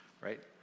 right